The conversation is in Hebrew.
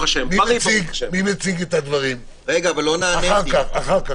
רגע, אבל לא נעניתי.